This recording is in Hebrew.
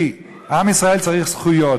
כי עם ישראל צריך זכויות.